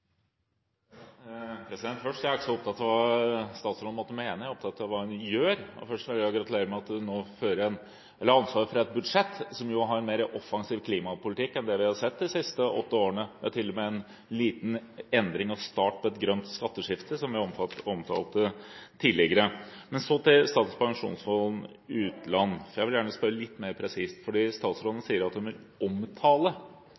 ikke så opptatt av hva statsråden måtte mene, jeg er opptatt av hva hun gjør. Så vil jeg gratulere med at hun nå har ansvar for et budsjett som har en mer offensiv klimapolitikk enn det vi har sett de siste åtte årene. Det er til og med en liten endring og start på et grønt skatteskifte, som jeg omtalte tidligere. Men så til Statens pensjonsfond utland: Jeg vil gjerne spørre litt mer presist, for statsråden